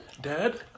dad